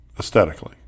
aesthetically